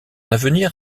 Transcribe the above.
avenir